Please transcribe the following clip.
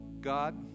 God